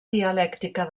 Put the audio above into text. dialèctica